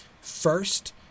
First